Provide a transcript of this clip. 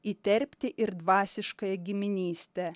įterpti ir dvasiškąją giminystę